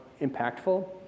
impactful